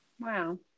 Wow